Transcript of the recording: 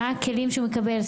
מה הכלים שהוא מקבל?